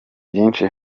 byinshi